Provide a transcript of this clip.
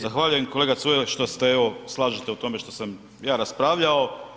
Zahvaljujem kolega Culej što ste evo, slažete u tome što sam ja raspravljao.